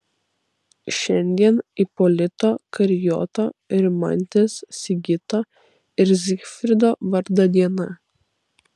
šiandien ipolito karijoto rimantės sigito ir zygfrido vardo diena